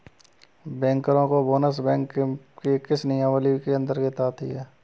बैंकरों का bonus bank के किस नियमावली के अंतर्गत आता है?